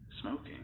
smoking